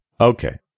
Okay